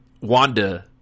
wanda